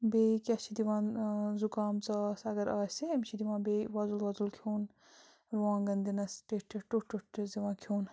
بیٚیہِ کیٛاہ چھِ یِوان زُکان ژاس اگر آسہِ أمِس چھِ دِوان بیٚیہِ وۄزُل وۄزُل کھیوٚن رُوانٛگَن دِنَس ٹیٚٹھۍ ٹیٚٹھۍ ٹیوٚٹھ ٹیوٚٹھ چھِس دِوان کھیوٚن